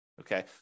okay